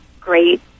great